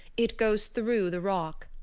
it goes through the rock,